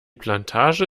plantage